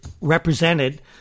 represented